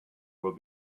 will